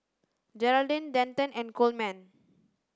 Jeraldine Denton and Coleman